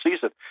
season